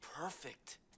perfect